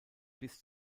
bis